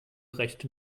recht